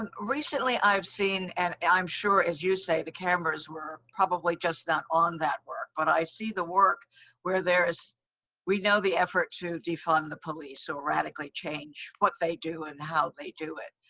and recently i've seen, and i'm sure as you say, the cameras were probably just not on that work, but i see the work where there is we know the effort to defund the police, so radically change what they do and how they do it.